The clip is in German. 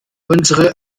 unsere